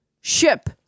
ship